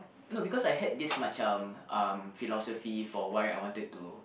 no because I had this macam um philosophy for why I wanted to